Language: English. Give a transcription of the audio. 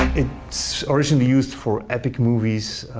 it's originally used for epic movies,